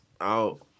Out